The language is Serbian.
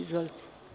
Izvolite.